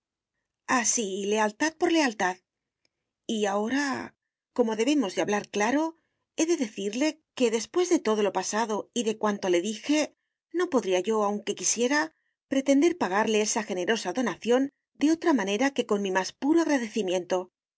así lealtad por lealtad y ahora como debemos de hablar claro he de decirle que después de todo lo pasado y de cuanto le dije no podría yo aunque quisiera pretender pagarle esa generosa donación de otra manera que con mi más puro agradecimiento